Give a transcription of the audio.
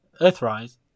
Earthrise